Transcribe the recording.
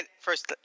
First